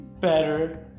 better